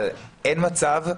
אבל אין מצב,